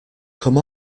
come